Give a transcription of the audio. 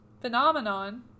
phenomenon